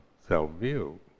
self-view